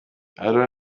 aaron